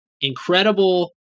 incredible